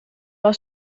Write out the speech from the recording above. aus